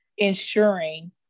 ensuring